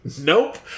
Nope